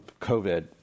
COVID